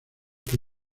que